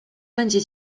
będzie